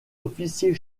officier